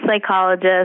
psychologist